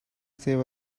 save